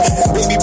Baby